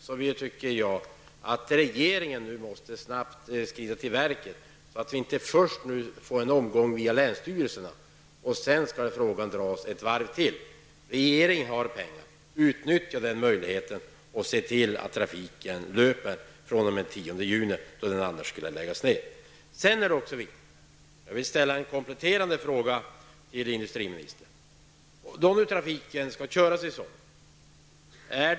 Jag tycker, liksom Leo Persson, att regeringen nu snabbt måste skrida till verket, så att vi inte först får en omgång via länsstyrelserna innan frågan skall dras ett varv till. Regeringen har pengar. Utnyttja den möjligheten och se till att trafiken löper fr.o.m. den 10 juni, då den annars skulle läggas ned! Jag vill ställa en kompletterande fråga till industriministern. Trafiken på inlandsbanan skall ju köras i sommar.